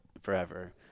forever